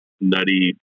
nutty